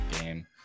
game